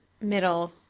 middle